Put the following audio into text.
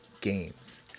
games